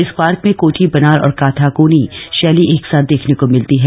इस पार्क में कोटी बनाल और काथाकोनी शैली एक साथ देखने को मिलती है